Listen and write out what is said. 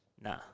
nah